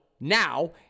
now